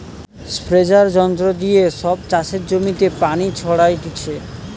স্প্রেযাঁর যন্ত্র দিয়ে সব চাষের জমিতে পানি ছোরাটিছে